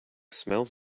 smells